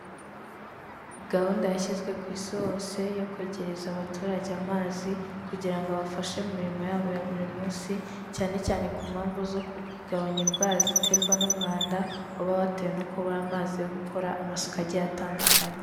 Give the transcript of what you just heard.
Gahunda yashyizwe ku isi hose yo kwegereza abaturage amazi kugira ngo abafashe mu mirimo yabo ya buri munsi, cyane cyane ku mpamvu zo kugabanya indwara ziterwa n'umwanda, uba watewe no kubura amazi yo gukora amasuku agiye atandukanye.